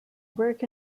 work